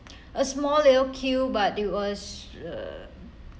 a small little queue but it was uh